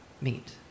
meet